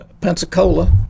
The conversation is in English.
Pensacola